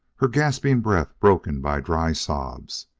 her gasping breath broken by dry sobs.